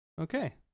Okay